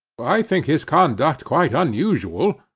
i think his conduct quite unusual,